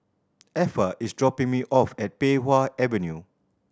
Effa is dropping me off at Pei Wah Avenue